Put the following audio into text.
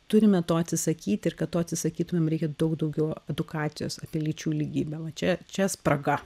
turime to atsisakyti ir kad to atsisakytumėm reikia daug daugiau edukacijos apie lyčių lygybę va čia čia spraga